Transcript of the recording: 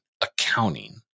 accounting